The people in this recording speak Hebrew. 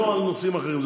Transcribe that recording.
לא על נושאים אחרים.